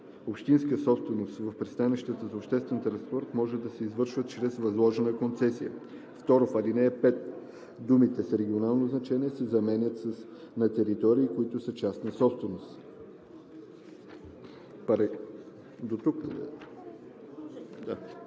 общинска собственост в пристанищата за обществен транспорт може да се извършват чрез възложена концесия.“ 2. В ал. 5 думите „с регионално значение“ се заменят с „на територии, които са частна собственост,“.“